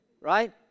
right